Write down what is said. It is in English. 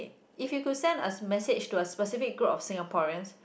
if you could send a message to a specific group of Singaporeans